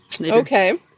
Okay